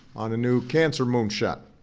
on a new cancer moonshot.